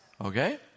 okay